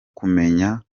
kumenya